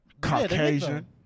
Caucasian